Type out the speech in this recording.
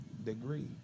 degree